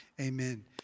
amen